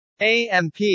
AMP